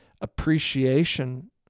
appreciation